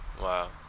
Wow